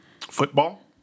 Football